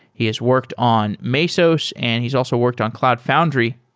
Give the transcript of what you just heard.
he has worked on mesos and he's also worked on cloud foundry,